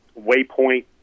waypoint